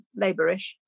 Labourish